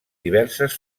diverses